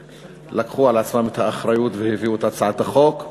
לקחו על עצמם את האחריות והביאו את הצעת החוק.